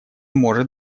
может